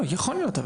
יכול להיות.